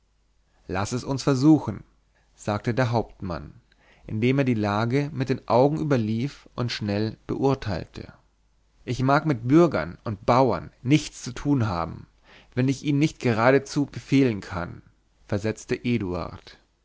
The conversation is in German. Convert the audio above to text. laß es uns versuchen sagte der hauptmann indem er die lage mit den augen überlief und schnell beurteilte ich mag mit bürgern und bauern nichts zu tun haben wenn ich ihnen nicht geradezu befehlen kann versetzte